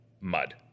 mud